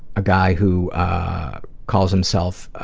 a guy who calls himself